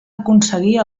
aconseguir